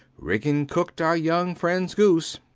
ridgeon cooked our young friend's goose.